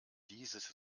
dieses